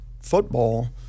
football